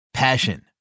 Passion